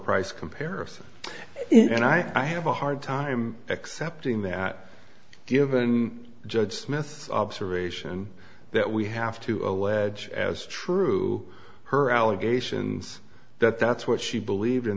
price comparison and i have a hard time accepting that given judge smith observation that we have to allege as true her allegations that that's what she believed